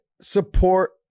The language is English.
support